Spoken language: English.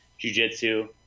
jujitsu